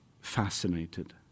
fascinated